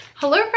hello